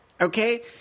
Okay